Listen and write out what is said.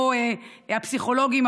הפסיכולוגים,